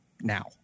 now